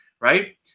right